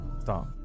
Stop